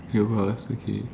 your course okay